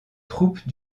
troupes